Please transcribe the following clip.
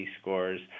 scores